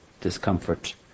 discomfort